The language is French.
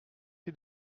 rue